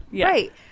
right